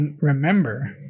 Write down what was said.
remember